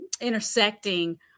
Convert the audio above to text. intersecting